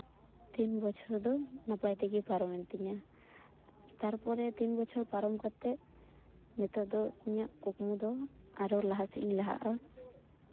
ᱛᱤᱱ ᱵᱚᱪᱷᱚᱨ ᱚ ᱱᱟᱯᱟᱭ ᱛᱮᱜᱮ ᱯᱟᱨᱚᱢᱮᱱ ᱛᱤᱧᱟ ᱛᱟᱨᱯᱚᱨᱮ ᱛᱤᱱ ᱵᱚᱪᱷᱚᱨ ᱯᱟᱨᱚᱢ ᱠᱟᱛᱮᱜ ᱱᱤᱛᱚᱜ ᱫᱚ ᱤᱧᱟᱹᱜ ᱠᱩᱠᱢᱩ ᱫᱚ ᱟᱨᱚ ᱞᱟᱦᱟ ᱥᱮᱫ ᱤᱧ ᱞᱟᱦᱟᱜᱼᱟ